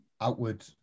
outward